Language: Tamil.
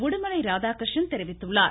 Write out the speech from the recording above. உடுமலை ராதாகிருஷ்ணன் தெரிவித்துள்ளார்